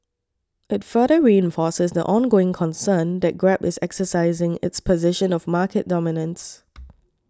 it further reinforces the ongoing concern that Grab is exercising its position of market dominance